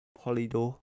Polydor